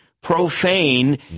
profane